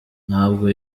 ntabwo